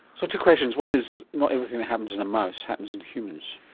so, two questions one is not everything that happens in a mouse happens in humans.